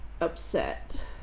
upset